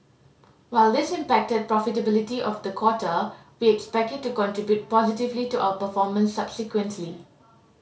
while this impacted profitability of the quarter we expect it to contribute positively to our performance subsequently